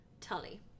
Tully